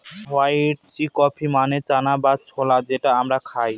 white chickpea মানে চানা বা ছোলা যেটা আমরা খায়